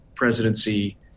presidency